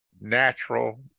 natural